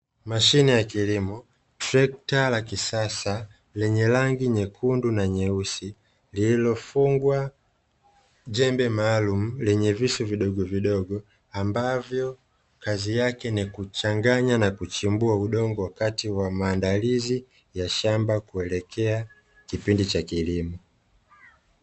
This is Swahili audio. Mashine ya kilimo, trekta la kisasa lenye rangi nyekundu na nyeusi lililofungwa jembe maalum lenye visu vidogovidogo, ambavyo kazi yake ni kuchanganya na kuchimbua udongo wakati wa maandalizi ya shamba kuelekea kipindi cha kilimo.